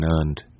earned